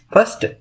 First